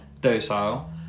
Docile